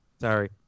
Sorry